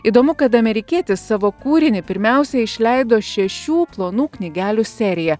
įdomu kad amerikietis savo kūrinį pirmiausia išleido šešių plonų knygelių serija